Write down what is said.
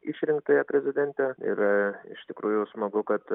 išrinktąją prezidentę ir iš tikrųjų smagu kad